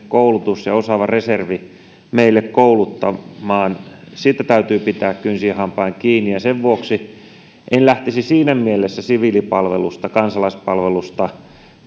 osaava reservi meille kouluttamaan siitä täytyy pitää kynsin ja hampain kiinni sen vuoksi en lähtisi siinä mielessä siviilipalvelusta kansalaispalvelusta